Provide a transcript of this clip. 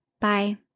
Bye